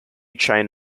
chain